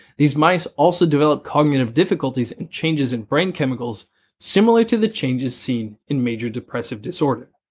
these mice also develop cognitive difficulties and changes in brain chemicals similar to the changes seen in major depressive disorder.